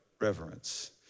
reverence